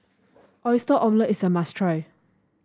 Oyster Omelette is a must try